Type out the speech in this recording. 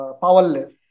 powerless